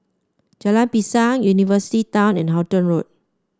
Jalan Pisang University Town and Halton Road